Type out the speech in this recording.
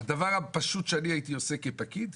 הדבר הפשוט שאני הייתי עושה כפקיד,